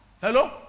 hello